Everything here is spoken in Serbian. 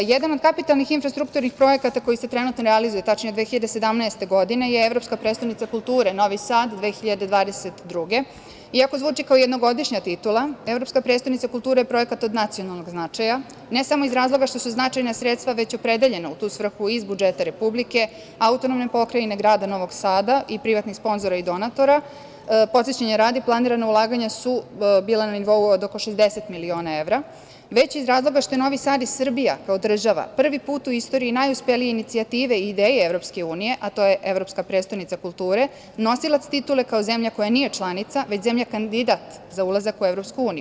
Jedan od kapitalnih infrastrukturnih projekata koji se trenutno realizuje, tačnije, 2017. godine je „Evropska prestonica kulture Novi Sad 2022.“ Iako zvuči kao jednogodišnja titula, „Evropska prestonica kulture“ je projekat od nacionalnog značaja, ne samo iz razloga što su značajna sredstva već opredeljena u tu svrhu iz budžeta Republike, AP, grada Novog Sada i privatnih sponzora i donatora, podsećanja radi, planirana ulaganja su bila na nivou od oko 60 miliona evra, već i iz razloga što je Novi Sad i Srbija kao država prvi put u istoriji i najuspelije inicijative i ideje Evropske unije, a to je „Evropska prestonica kulture“, nosilac titule kao zemlja koja nije članica već zemlja kandidat za ulazak u EU.